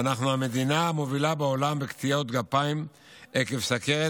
ואנחנו המדינה המובילה בעולם בקטיעות גפיים עקב סוכרת,